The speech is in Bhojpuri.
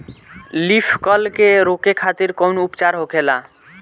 लीफ कल के रोके खातिर कउन उपचार होखेला?